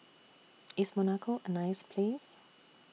IS Monaco A nice Place